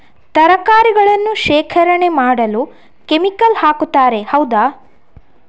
ತರಕಾರಿಗಳನ್ನು ಶೇಖರಣೆ ಮಾಡಲು ಕೆಮಿಕಲ್ ಹಾಕುತಾರೆ ಹೌದ?